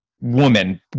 woman